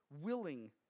willing